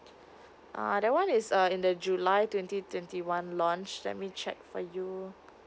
uh that one is a in the july twenty twenty one launch let me check for you